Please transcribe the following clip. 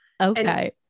Okay